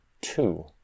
two